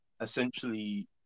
essentially